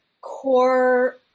core